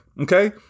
okay